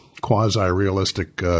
quasi-realistic